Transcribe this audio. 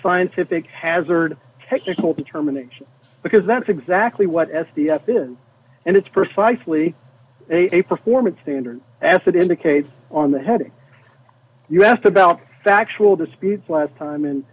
scientific hazard technical determination because that's exactly what s p f is and it's precisely a performance standard as it indicates on the heading you asked about factual disputes last time and